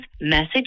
message